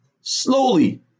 slowly